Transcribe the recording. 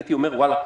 הייתי אומר: וואלה,